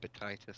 hepatitis